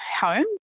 home